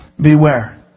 Beware